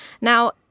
Now